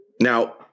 Now